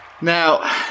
Now